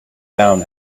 down